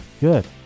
Good